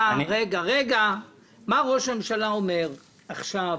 מה ראש הממשלה אומר עכשיו,